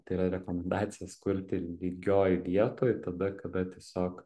tai yra rekomendacijas kurti lygioj vietoj tada kada tiesiog